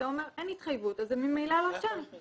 אתה אומר שאין התחייבות, אז זה ממילא לא שם.